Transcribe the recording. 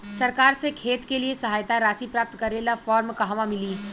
सरकार से खेत के लिए सहायता राशि प्राप्त करे ला फार्म कहवा मिली?